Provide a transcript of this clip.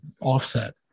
offset